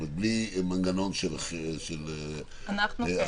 בלי מנגנון של החרגה.